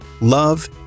love